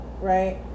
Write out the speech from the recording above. right